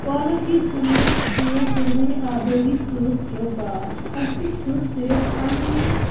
اولوٗدگی ہُرنَس چھُ ہُروٕنہِ آبٲدی سۭتۍ تہِ واٹھ اَسہِ چھُ صرف پنٛنہِ